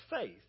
faith